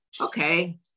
Okay